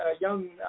young